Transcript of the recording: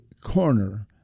corner